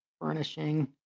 furnishing